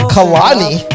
Kalani